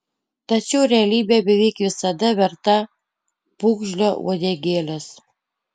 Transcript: tačiau realybė beveik visada verta pūgžlio uodegėlės